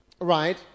right